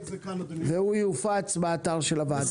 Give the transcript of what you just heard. והוא יופץ באתר של הוועדה.